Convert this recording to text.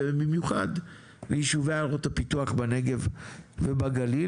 במיוחד ליישובי עיירות הפיתוח בנגב ובגליל.